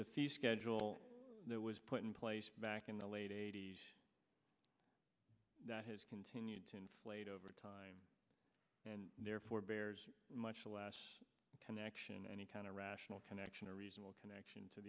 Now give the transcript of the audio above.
schedule that was put in place back in the late eighty's that has continued to inflate over time and therefore bears much less connection any kind of rational connection or reasonable connection to